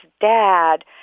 dad